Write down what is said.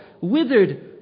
withered